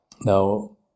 Now